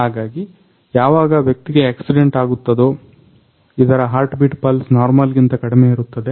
ಹಾಗಾಗಿ ಯಾವಾಗ ವ್ಯಕ್ತಿಗೆ ಆಕ್ಸಿಡೆಂಟ್ ಆಗುತ್ತದೋ ಇದರ ಹಾರ್ಟ್ಬೀಟ್ ಪಲ್ಸ್ ನಾರ್ಮಲ್ಗಿಂತ ಕಡಿಮೆಯಿರುತ್ತದೆ